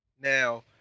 Now